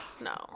No